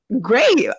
great